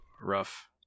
rough